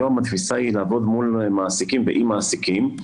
היום התפיסה היא לעבוד מול מעסיקים ועם מעסיקים,